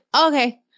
okay